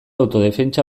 autodefentsa